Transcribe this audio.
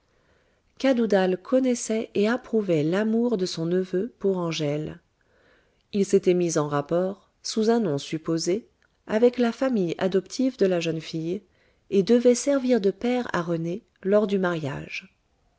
cadoudal connaissait et approuvait l'amour de son neveu pour angèle il s'était mis en rapport sous un nom supposé avec la famille adoptive de la jeune fille et devait servir de père à rené lors du mariage